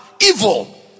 evil